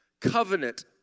Covenant